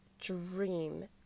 dream